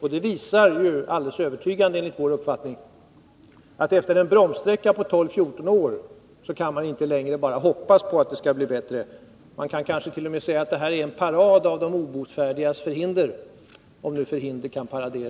och det visar enligt vår uppfattning alldeles övertygande att man efter en bromssträcka på 12-14 år inte längre kan bara hoppas på att det skall bli bättre. Och man kan kanske t.o.m. säga att detta är en parad av de obotfärdigas förhinder — om nu förhinder kan paradera.